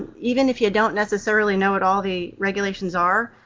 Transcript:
even if you don't necessarily know what all the regulations are,